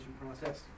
process